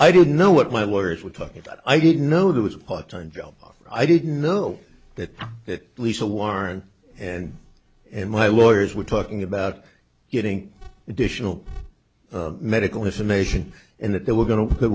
don't know what my lawyers were talking about i didn't know that was a part time job i didn't know that that lisa warren and and my lawyers were talking about getting additional medical information and that they were going to